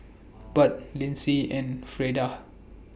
Budd Lynsey and Freda